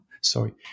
sorry